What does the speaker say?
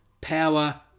power